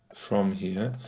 from here.